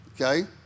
okay